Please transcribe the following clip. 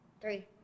Three